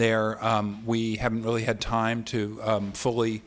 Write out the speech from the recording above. there we haven't really had time to fully